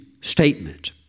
statement